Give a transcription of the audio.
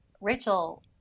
Rachel